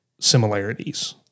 similarities